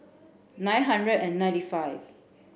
nine hundred and ninety five